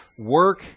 Work